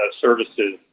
services